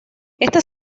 estas